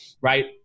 right